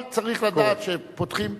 אבל צריך לדעת שפותחים,